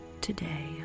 today